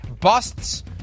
Busts